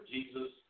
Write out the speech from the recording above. Jesus